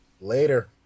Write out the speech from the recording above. Later